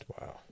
Wow